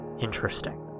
interesting